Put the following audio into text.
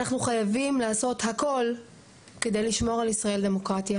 אנחנו חייבים לעשות הכל כדי לשמור על ישראל דמוקרטיה,